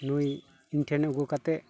ᱱᱩᱭ ᱤᱧ ᱴᱷᱮᱱ ᱟᱹᱜᱩ ᱠᱟᱛᱮ